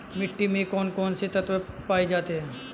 मिट्टी में कौन कौन से तत्व पाए जाते हैं?